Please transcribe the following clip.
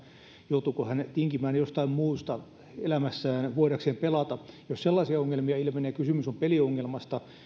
joutuuko hän tinkimään jostain muusta elämässään voidakseen pelata jos sellaisia ongelmia ilmenee kysymys on peliongelmasta